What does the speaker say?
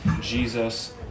Jesus